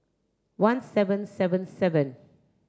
one seven seven seven